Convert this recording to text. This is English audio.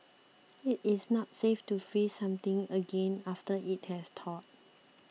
it is not safe to freeze something again after it has thawed